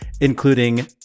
including